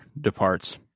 departs